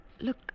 look